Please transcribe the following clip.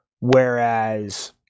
whereas –